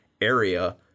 area